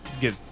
get